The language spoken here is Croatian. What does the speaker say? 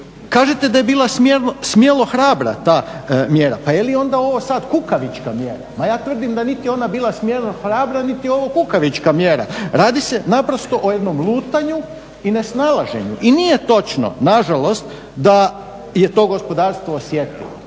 Kažete da je bila smjelo hrabra ta mjera. Pa je li onda ovo sada kukavička mjera? Ma ja tvrdim da niti je ona bila smjelo hrabra niti je ovo kukavička mjera. Radi se naprosto o jednom lutanju i nesnalaženju. I nije točno nažalost da je to gospodarstvo osjetilo,